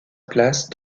place